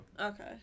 Okay